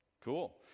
Cool